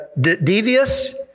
devious